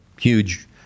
huge